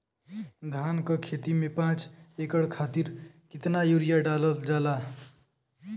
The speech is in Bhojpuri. धान क खेती में पांच एकड़ खातिर कितना यूरिया डालल जाला?